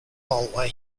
hallway